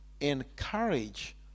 encourage